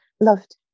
loved